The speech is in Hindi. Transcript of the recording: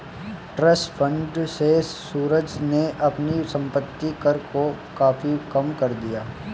ट्रस्ट फण्ड से सूरज ने अपने संपत्ति कर को काफी कम कर दिया